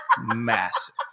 massive